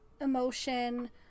emotion